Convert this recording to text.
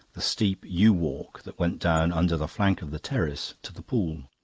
the steep yew-walk that went down, under the flank of the terrace, to the pool.